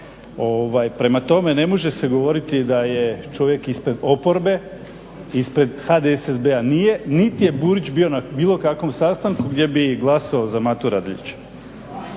Prema tome, ne može se govoriti da je čovjek ispred oporbe, ispred HDSSB-a nije niti je Burić bio na bilo kakvom sastanku gdje bi glasao za Matu Radeljića.